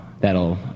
that'll